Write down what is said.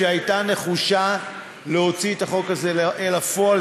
שהייתה נחושה להוציא את החוק הזה אל הפועל,